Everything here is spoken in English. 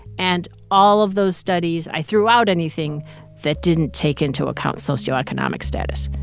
and all of those studies i threw out anything that didn't take into account socioeconomic status